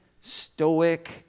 stoic